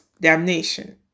damnation